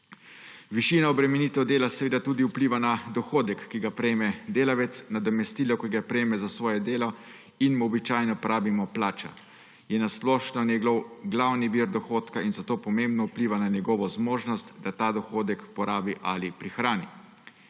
Višina obremenitev dela seveda tudi vpliva na dohodek, ki ga prejme delavec, nadomestilo, kot ga prejme za svoje delo, in mu običajno pravimo plača, je na splošno njegov glavni vir dohodka in zato pomembno vpliva na njegovo zmožnost, da ta dohodek porabi ali prihrani.